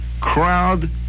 crowd